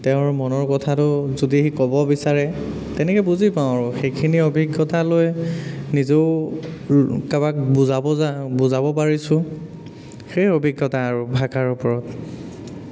তেওঁৰ মনৰ কথাটো যদি সি ক'ব বিচাৰে তেনেকৈ বুজি পাওঁ আৰু সেইখিনি অভিজ্ঞতা লৈ নিজেও কাৰোবাক বুজাব যাওঁ বুজাব পাৰিছোঁ সেই অভিজ্ঞতা আৰু ভাষাৰ ওপৰত